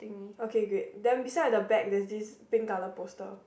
okay great then beside the bag there's this pink colour poster